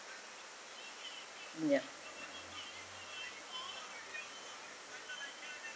yup